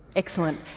excellent.